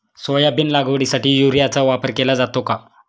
Soybean लागवडीसाठी युरियाचा वापर केला जातो का?